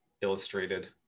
illustrated